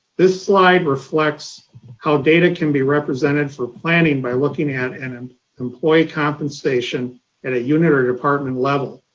this slide reflects how data can be represented for planning by looking at and an employee compensation at a unit or department level.